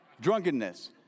Drunkenness